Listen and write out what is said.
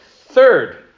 Third